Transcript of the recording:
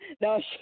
No